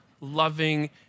loving